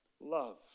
love